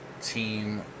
team